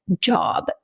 job